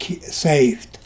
saved